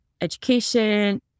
education